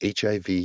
HIV